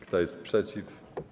Kto jest przeciw?